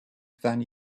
than